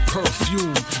Perfume